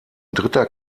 dritter